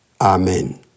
Amen